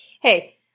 Hey